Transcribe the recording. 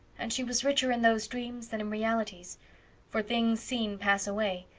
and she was richer in those dreams than in realities for things seen pass away,